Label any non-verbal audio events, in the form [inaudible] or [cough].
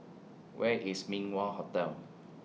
Where IS [noise] Min Wah Hotel